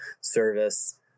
service